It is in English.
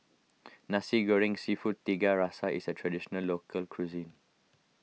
Nasi Goreng Seafood Tiga Rasa is a Traditional Local Cuisine